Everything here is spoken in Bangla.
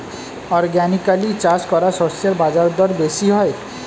অর্গানিকালি চাষ করা শস্যের বাজারদর বেশি হয়